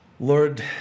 Lord